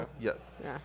Yes